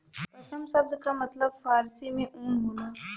पसम सब्द का मतलब फारसी में ऊन होला